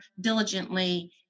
diligently